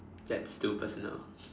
that's too personal